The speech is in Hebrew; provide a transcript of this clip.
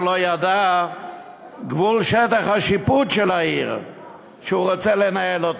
שלא ידע את גבול שטח השיפוט של העיר שהוא רוצה לנהל.